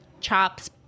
chops